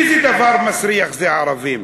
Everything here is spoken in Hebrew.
איזה דבר מסריח זה הערבים.